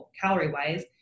calorie-wise